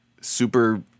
super